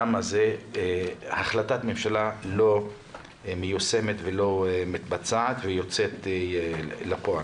למה החלטת הממשלה לא מיושמת ולא מתבצעת ויוצאת אל הפועל.